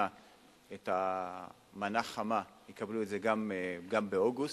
את המנה החמה יקבלו את זה גם באוגוסט.